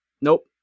Nope